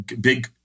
big